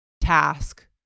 task